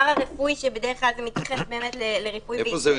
פרא-רפואי שמתייחס בדרך כלל לריפוי בעיסוק,